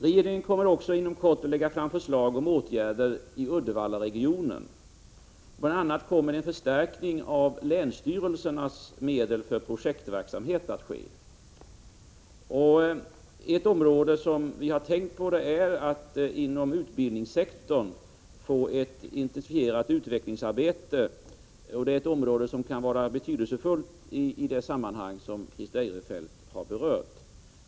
Regeringen kommer också att inom kort lägga fram förslag om åtgärder i Uddevallaregionen. Bl. a. kommer en förstärkning av länsstyrelsernas medel för projektverksamhet att ske. En verksamhet som vi i det sammanhanget har tänkt på är att inom utbildningssektorn få ett intensifierat utvecklingsarbete, vilket kan vara betydelsefullt för den verksamhet som Christer Eirefelt har berört.